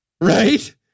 right